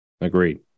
Agreed